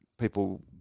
people